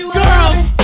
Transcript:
girls